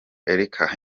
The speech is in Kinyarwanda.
erica